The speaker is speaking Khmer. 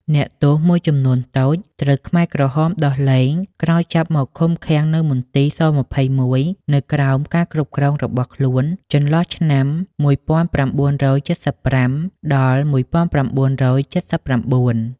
អ្នកទោសមួយចំនួនតូចត្រូវខ្មែរក្រហមដោះលែងក្រោយចាប់មកឃុំឃាំងនៅមន្ទីរ ស-២១ នៅក្រោមការគ្រប់គ្រងរបស់ខ្លួនចន្លោះឆ្នាំ១៩៧៥-១៩៧៩។